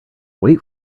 wait